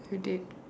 you didn't